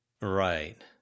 Right